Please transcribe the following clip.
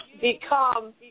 become